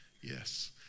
Yes